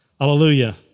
Hallelujah